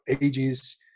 ages